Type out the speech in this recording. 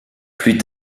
plus